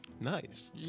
nice